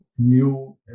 New